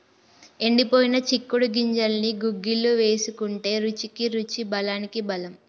ఎండిపోయిన చిక్కుడు గింజల్ని గుగ్గిళ్లు వేసుకుంటే రుచికి రుచి బలానికి బలం